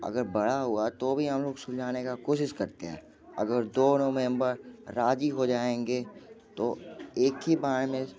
अगर बड़ा हुआ तो भी हम लोग सुलझाने की कोशिश करते हैं अगर दोनों मेंबर राज़ी हो जाएँगे तो एक ही बार में